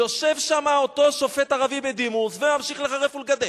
יושב שם אותו שופט ערבי בדימוס וממשיך לחרף ולגדף,